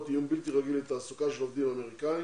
איום בלתי רגיל לתעסוקה של עובדים אמריקאים,